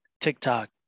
TikTok